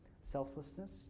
Selflessness